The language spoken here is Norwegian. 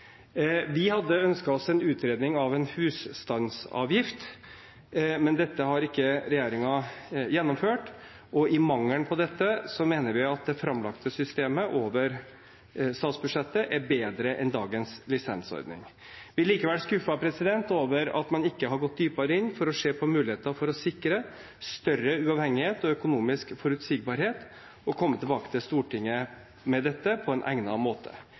Vi hadde ønsket oss en utredning av en husstandsavgift, men dette har ikke regjeringen gjennomført, og i mangel på dette mener vi at det framlagte systemet over statsbudsjettet er bedre enn dagens lisensordning. Vi er likevel skuffet over at man ikke har gått dypere inn for å se på muligheten for å sikre større uavhengighet og økonomisk forutsigbarhet og komme tilbake til Stortinget med dette på egnet måte.